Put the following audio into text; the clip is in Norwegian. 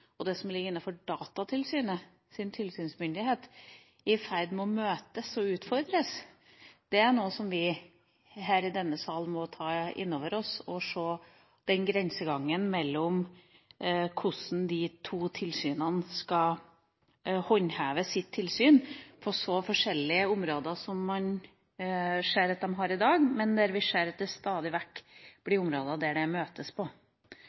og det som ligger innenfor Datatilsynets tilsynsmyndighet, nærmest er i ferd med å møtes og utfordres. Det er noe vi i denne salen må ta inn over oss. Vi må se på grenseoppgangen for hvordan de to tilsynene skal håndheve sine tilsyn, for sjøl om vi ser at de i dag har tilsyn på veldig forskjellige områder, ser vi at det stadig vekk blir områder hvor de møtes.